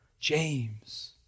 James